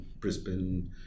Brisbane